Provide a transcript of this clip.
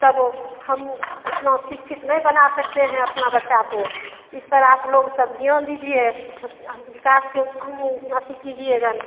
तब हम उतना सिक्छित नइ बना सकते हैं अपना बच्चा को इस पर आप लोग सब ध्यान दीजिए विकास के अथि कीजिएगा न